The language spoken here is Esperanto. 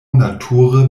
nature